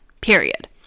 Period